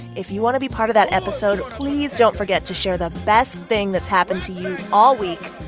if you want to be part of that episode, please don't forget to share the best thing that's happened to you all week.